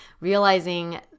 realizing